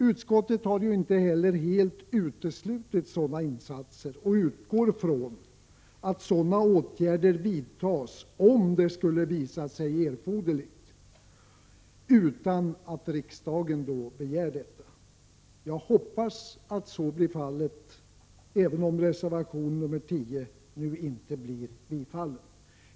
Utskottet har inte heller helt uteslutit sådana insatser och utgår från att åtgärder vidtas utan att riksdagen begär det, om så skulle visa sig vara erforderligt. Jag hoppas att detta gäller även om reservation 10 inte blir bifallen.